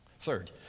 Third